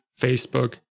Facebook